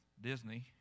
Disney